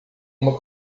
uma